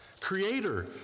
Creator